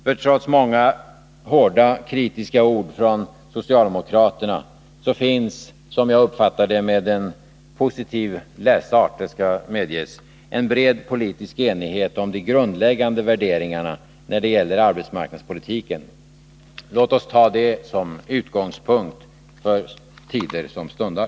För trots många hårda, kritiska ord från socialdemokraterna måste det enligt min mening medges att det finns — om man använder en positiv läsart — en bred politisk enighet om de grundläggande värderingarna när det gäller arbetsmarknadspolitiken. Låt oss ta det som utgångspunkt för tider som stundar.